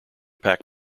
pack